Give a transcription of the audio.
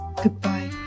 goodbye